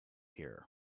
here